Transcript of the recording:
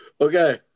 Okay